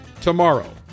tomorrow